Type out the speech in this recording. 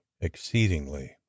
exceedingly